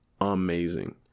amazing